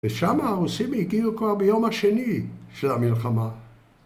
ושמה הרוסים הגיעו כבר ביום השני של המלחמה.